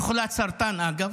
היא חולת סרטן, אגב,